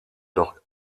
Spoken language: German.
doch